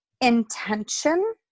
intention